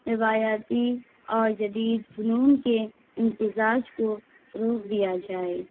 روایاتی اور جدید فنون کے امتزاج کو فروغ دیا جائے